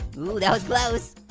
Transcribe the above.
ooh that was close.